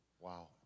Wow